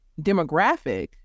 demographic